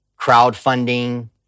Crowdfunding